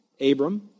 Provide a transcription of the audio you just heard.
Abram